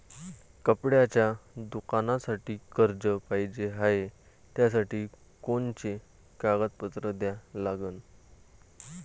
कपड्याच्या दुकानासाठी कर्ज पाहिजे हाय, त्यासाठी कोनचे कागदपत्र द्या लागन?